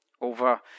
Over